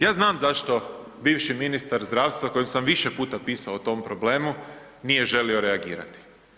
Ja znam zašto bivši ministar zdravstva kojem sam više puta pisao o tome problemu, nije želio reagirati.